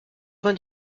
vingt